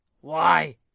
Why